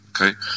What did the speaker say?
okay